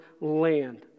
land